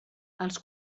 els